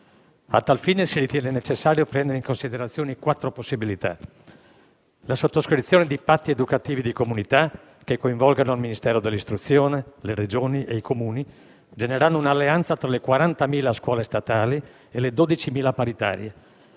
A tal fine si ritiene necessario prendere in considerazione quattro possibilità: la sottoscrizione di patti educativi di comunità, che coinvolgano il Ministero dell'istruzione, le Regioni e i Comuni, generando un'alleanza tra le 40.000 scuole statali e le 12.000 paritarie,